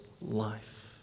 life